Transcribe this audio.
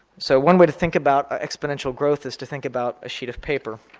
so one way to think about exponential growth is to think about a sheet of paper.